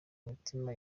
mitima